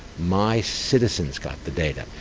my citizens got the data.